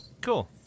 Cool